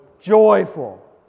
joyful